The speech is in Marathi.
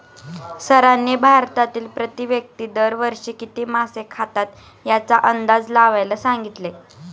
सरांनी भारतातील प्रति व्यक्ती दर वर्षी किती मासे खातात याचा अंदाज लावायला सांगितले?